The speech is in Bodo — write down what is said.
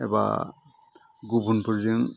एबा गुबुनफोरजों